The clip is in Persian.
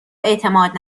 اعتماد